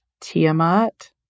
Tiamat